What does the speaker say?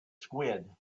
squid